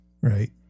right